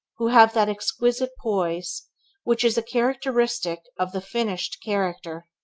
who have that exquisite poise which is characteristic of the finished character!